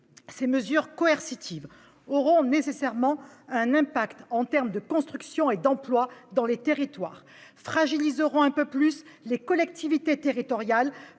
Ces mesures coercitives auront nécessairement un impact en termes de construction et d'emploi dans les territoires ; elles fragiliseront un peu plus les collectivités territoriales